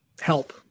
help